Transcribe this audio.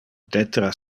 detra